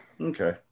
okay